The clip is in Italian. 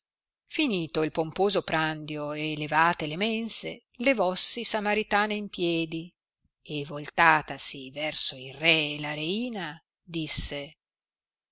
finito il pomposo prandio e levate le mense levossi samaritana in piedi e voltatasi verso il re e la reina disse